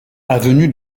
avenue